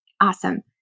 awesome